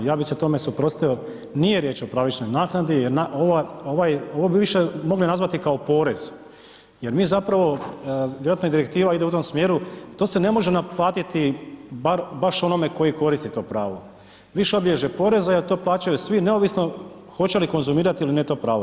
Ja bi se tome suprotstavio, nije riječ o pravičnoj naknadi jer ovo bi više mogli nazvati kao porez jer mi zapravo, vjerojatno i direktiva ide u tom smjeru, to se ne može naplatiti baš onome koji koriste to pravo. ... poreza jer to plaćaju svi neovisno hoće li konzumirati ili ne, to pravo.